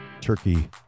turkey